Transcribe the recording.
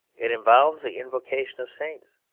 it involves the invocation of saints,